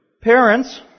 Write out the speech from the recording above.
Parents